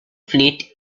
fleet